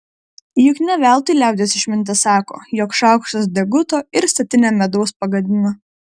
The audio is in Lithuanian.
juk ne veltui liaudies išmintis sako jog šaukštas deguto ir statinę medaus pagadina